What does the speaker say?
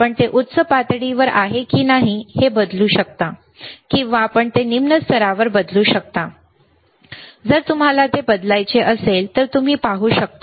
आपण ते उच्च पातळीवर आहे की नाही हे बदलू शकता किंवा आपण ते निम्न स्तरावर बदलू शकता जर तुम्हाला ते बदलायचे असेल तर तुम्ही पाहू शकता